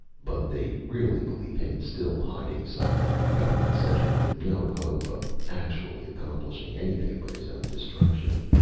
but they'd really believe him still hiding somewhere in government center with no hope of actually accomplishing anything but his own destruction.